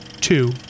two